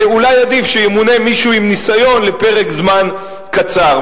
אולי עדיף שימונה מישהו עם ניסיון לפרק זמן קצר.